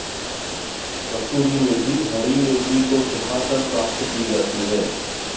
कसूरी मेथी हरी मेथी को सुखाकर प्राप्त की जाती है